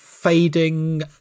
Fading